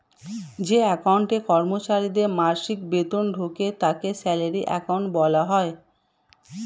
যে অ্যাকাউন্টে কর্মচারীদের মাসিক বেতন ঢোকে তাকে স্যালারি অ্যাকাউন্ট বলা হয়